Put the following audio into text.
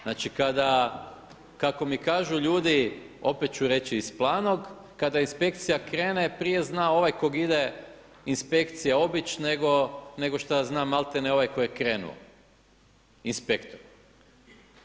Znači kada kako mi kažu ljudi, opet ću reći iz Planog kada inspekcija krene prije je znao ovaj koga ide inspekcija obići nego šta zna maltene ovaj koji je krenuo inspektor.